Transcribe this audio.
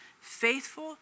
faithful